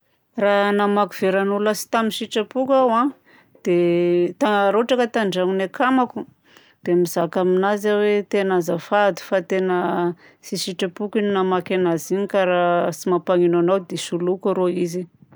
Raha namaky veran'ologna tsy tamin'ny sitrapoko aho a, dia ta- raha ohatra ka tandragnon'ny akamako, dia mizaka aminazy aho hoe tena azafady fa tena tsy sitrapoko igny namaky anazy igny ka raha tsy mampanino anao dia soloiko arô izy.